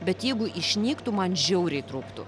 bet jeigu išnyktų man žiauriai trūktų